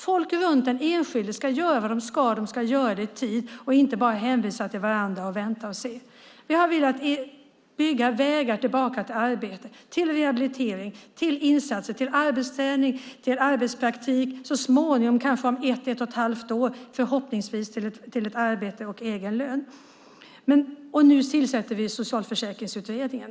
Folk runt den enskilde ska göra vad de ska och i tid, inte bara hänvisa till varandra och vänta och se. Vi har velat bygga vägar tillbaka - genom rehabilitering, insatser, arbetsträning och arbetspraktik och så småningom, om kanske ett eller ett och ett halvt år, förhoppningsvis till ett arbete och egen lön. Nu tillsätter vi Socialförsäkringsutredningen.